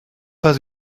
pas